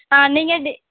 ஆ நீங்கள் இது